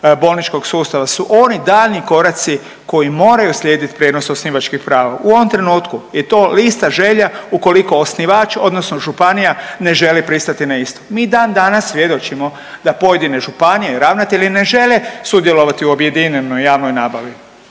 bolničkog sustava su oni daljnji koraci koji moraju slijediti prijenos osnivačkih prava. U ovom trenutku je to lista želja ukoliko osnivač odnosno županija ne želi pristati na isto. Mi dan danas svjedočimo da pojedine županije i ravnatelji ne žele sudjelovati u objedinjenoj javnoj nabavi,